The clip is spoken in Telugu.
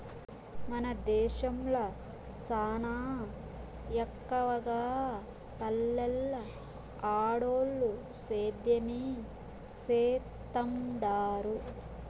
మన దేశంల సానా ఎక్కవగా పల్లెల్ల ఆడోల్లు సేద్యమే సేత్తండారు